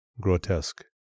grotesque